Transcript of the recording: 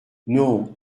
non